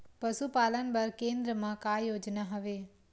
पशुपालन बर केन्द्र म का योजना हवे?